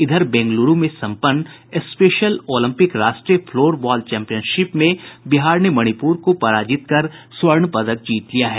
इधर बेंगलूरू में संपन्न स्पेशल ओलंपिक राष्ट्रीय फ्लोर बॉल चैंपियनशिप में बिहार ने मणिपुर को पराजित कर स्वर्ण पदक जीत लिया है